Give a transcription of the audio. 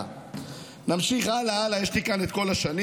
24,234. נמשיך הלאה, הלאה, יש לי כאן את כל השנים.